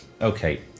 okay